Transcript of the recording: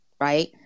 right